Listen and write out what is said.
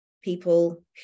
people